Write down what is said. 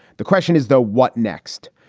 the question is, though, what next?